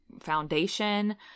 foundation